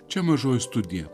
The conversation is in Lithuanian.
čia mažoji studija